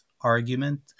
argument